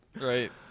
Right